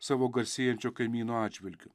savo garsėjančio kaimyno atžvilgiu